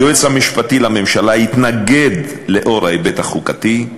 היועץ המשפטי לממשלה התנגד לנוכח ההיבט החוקתי: